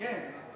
כן.